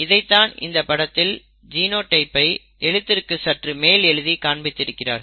இதைத்தான் இந்த படத்தில் ஜினோடைப் ஐ எழுத்திற்கு சற்று மேல் எழுதி காண்பித்து இருக்கிறார்கள்